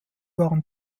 waren